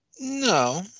No